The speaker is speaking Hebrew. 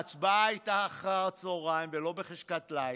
ההצבעה הייתה אחר הצוהריים ולא בחשכת ליל,